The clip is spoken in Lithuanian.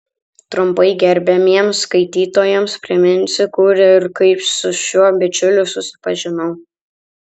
trumpai gerbiamiems skaitytojams priminsiu kur ir kaip su šiuo bičiuliu susipažinau